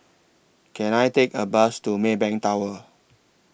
Can I Take A Bus to Maybank Tower